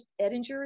Edinger